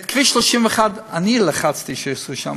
את כביש 31 אני לחצתי שיעשו שם,